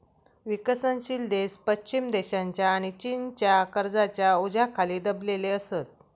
विकसनशील देश पश्चिम देशांच्या आणि चीनच्या कर्जाच्या ओझ्याखाली दबलेले असत